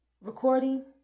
recording